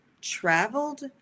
traveled